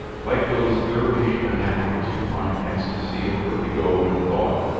like those dervish fanatics who find ecstasy in vertigo when thought,